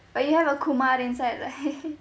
but you have a kumar inside right